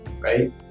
right